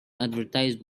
advertised